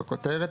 בכותרת,